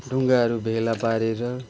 ढुङ्गाहरू भेला पारेर